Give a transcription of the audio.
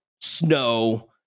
snow